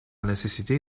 nécessité